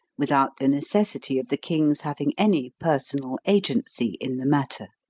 without the necessity of the king's having any personal agency in the matter.